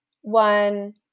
one